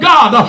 God